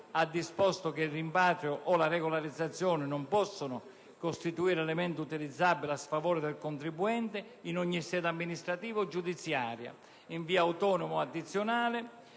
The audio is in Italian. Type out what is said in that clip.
ha disposto che il rimpatrio o la regolarizzazione non possono costituire elementi utilizzabili a sfavore del contribuente in ogni sede amministrativa o giudiziaria, in via autonoma o addizionale.